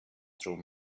through